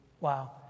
Wow